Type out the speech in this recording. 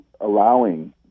allowing